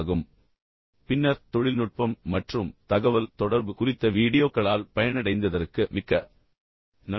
இந்த வாரம் முழுவதும் என்னுடன் இருந்ததற்கும் பின்னர் தொழில்நுட்பம் மற்றும் தகவல் தொடர்பு குறித்த வீடியோக்களால் பயனடைந்ததற்கும் மிக்க நன்றி